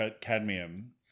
Cadmium